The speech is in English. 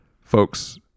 folks